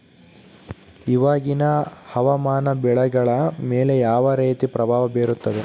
ಇವಾಗಿನ ಹವಾಮಾನ ಬೆಳೆಗಳ ಮೇಲೆ ಯಾವ ರೇತಿ ಪ್ರಭಾವ ಬೇರುತ್ತದೆ?